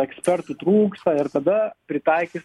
ekspertų trūksta ir tada pritaikys